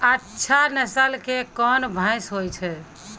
अच्छा नस्ल के कोन भैंस होय छै?